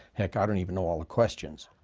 heck, i don't even know all the questions.